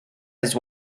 his